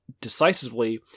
decisively